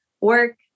work